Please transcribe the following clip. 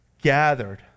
gathered